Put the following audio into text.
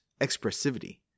expressivity